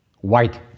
white